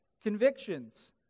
Convictions